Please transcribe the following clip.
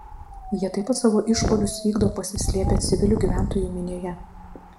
jie taip pat savo išpuolius vykdo pasislėpę civilių gyventojų minioje